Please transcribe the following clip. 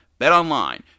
BetOnline